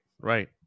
right